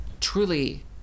Truly